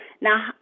now